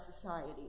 society